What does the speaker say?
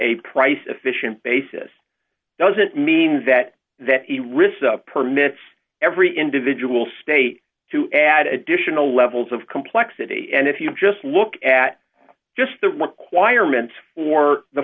a price efficient basis doesn't mean that that risk permits every individual state to add additional levels of complexity and if you just look at just the